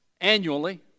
Annually